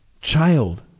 Child